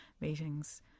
meetings